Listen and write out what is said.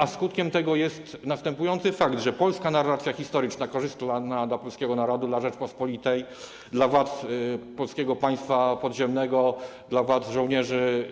A skutkiem tego jest następujący fakt: polska narracja historyczna, korzystna dla polskiego narodu, dla Rzeczypospolitej, dla władz Polskiego Państwa Podziemnego, dla żołnierzy